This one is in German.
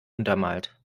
untermalt